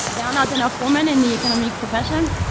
there are not enough women in the economic profession,